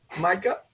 Micah